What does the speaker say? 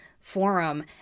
forum